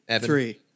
Three